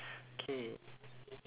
K